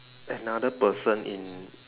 another person in